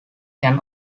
can